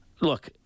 look